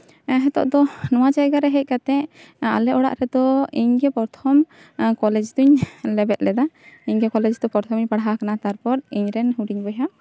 ᱱᱤᱛᱚᱜ ᱫᱚ ᱱᱚᱣᱟ ᱡᱟᱭᱜᱟ ᱨᱮ ᱦᱮᱡ ᱠᱟᱛᱮ ᱟᱞᱮ ᱚᱲᱟᱜ ᱨᱮᱫᱚ ᱤᱧᱜᱮ ᱯᱨᱚᱛᱷᱚᱢ ᱠᱚᱞᱮᱡᱽ ᱫᱩᱧ ᱞᱮᱵᱮᱫ ᱞᱮᱫᱟ ᱤᱧᱜᱮ ᱯᱨᱚᱛᱷᱚᱢ ᱠᱚᱞᱮᱡᱽ ᱫᱩᱧ ᱯᱟᱲᱦᱟᱣ ᱠᱟᱱᱟ ᱛᱟᱨᱯᱚᱨ ᱤᱧ ᱨᱮᱱ ᱦᱩᱰᱤᱧ ᱵᱚᱭᱦᱟ